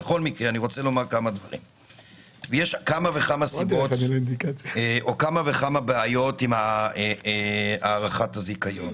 יש כמה וכמה בעיות עם הארכת הזיכיון.